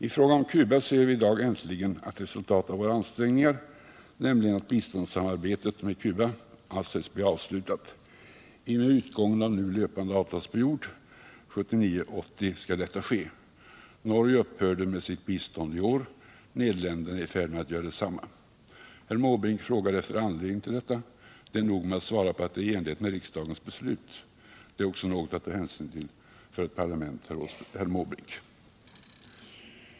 I fråga om Cuba ser vi i dag äntligen ett resultat av våra ansträngningar, nämligen att biståndssamarbetet med Cuba avses bli avslutat i och med utgången av nu löpande avtalsperiod 1979/80. Norge upphörde med sitt bistånd i år, Nederländerna är i färd med att göra detsamma. Herr Måbrink frågade efter anledningen till detta. Det är nog med att svara att det sker i enlighet med riksdagens beslut. Det är också något att ta hänsyn till för ett parlament, herr Måbrink.